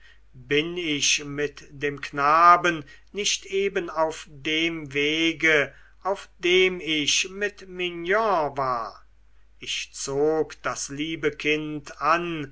bin ich mit dem knaben nicht eben auf dem wege auf dem ich mit mignon war ich zog das liebe kind an